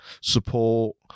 support